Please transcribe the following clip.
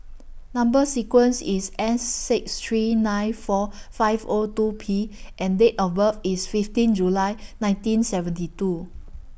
Number sequence IS S six three nine four five O two P and Date of birth IS fifteen July nineteen seventy two